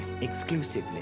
exclusively